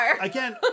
Again